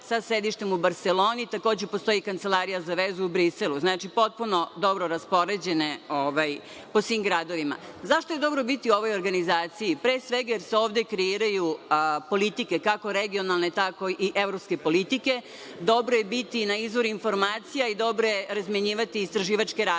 sa sedištem u Barseloni, takođe postoji kancelarija za vezu, u Briselu. Znači, potpuno dobro raspoređene po svim gradovima.Zašto je dobro biti u ovoj organizaciji? Pre svega, jer se ovde kreiraju politike, kako regionalne, tako i evropske politike. Dobro je biti na izvoru informacija i dobro je razmenjivati istraživačke radove. Ono